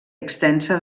extensa